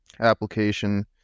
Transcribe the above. application